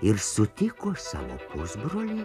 ir sutiko savo pusbrolį